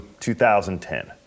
2010